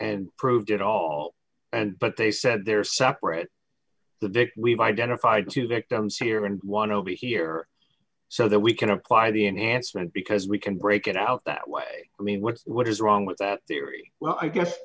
and probed it all and but they said they're separate the victim we've identified two victims here and one over here so that we can apply the enhancement because we can break it out that way i mean what what is wrong with that theory well i guess